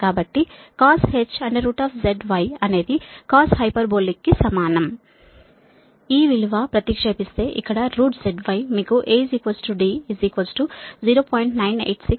కాబట్టి cosh ZY అనేది cos hyperbolic కు సమానం ఈ విలువ ప్రతిక్షేపిస్తే ఇక్కడ ZY మీకు A D 0